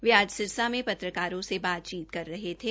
वे आज सिरसा मे पत्रकारों से बातचीत कर रहे थे